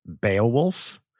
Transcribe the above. Beowulf